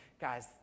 guys